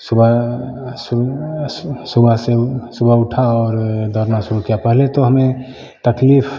सुबह सु सुबह से सुबह उठा और दौड़ना शुरू किया पहले तो हमें तकलीफ